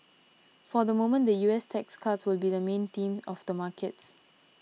for the moment the U S tax cuts will be the main theme of the markets